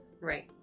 right